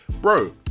bro